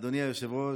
אדוני היושב-ראש,